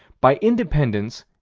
by independence,